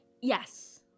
Yes